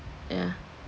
yeah